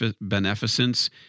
beneficence